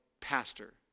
Pastor